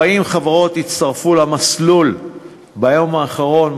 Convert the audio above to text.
40 חברות הצטרפו למסלול ביום האחרון,